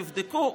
תבדקו,